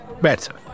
better